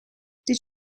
did